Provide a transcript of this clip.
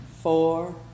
four